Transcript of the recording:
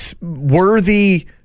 worthy